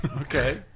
Okay